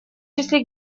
числе